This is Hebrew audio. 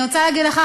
אני רוצה להגיד לך,